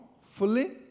fully